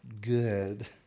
Good